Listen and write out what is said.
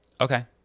okay